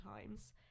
times